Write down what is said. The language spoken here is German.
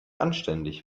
anständig